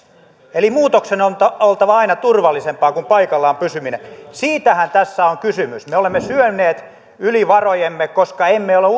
eli muutoksen on oltava aina turvallisempaa kuin paikallaan pysyminen siitähän tässä on kysymys me olemme syöneet yli varojemme koska emme ole